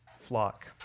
flock